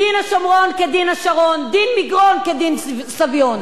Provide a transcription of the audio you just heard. דין השומרון כדין השרון, דין מגרון כדין סביון.